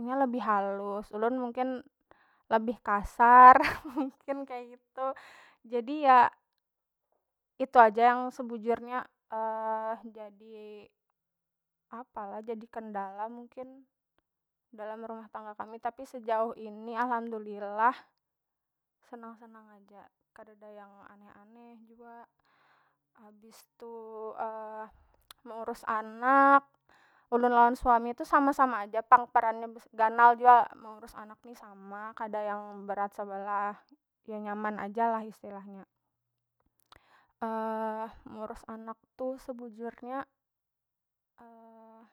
nya lebih halus ulun mungkin lebih kasar mungkin kek gitu jadi ya itu aja yang sebujurnya jadi apalah jadi kendala mungkin dalam rumah tangga kami tapi sejauh ini alhamdulilah senang- senang aja kadada yang aneh- aneh jua habis tu meurus anak ulun lawan suami tu sama- sama aja pang peran nya ganal jua meurus anak ni sama kada yang berat sebelah ya nyaman aja lah istilahnya meurus anak tu sebujurnya.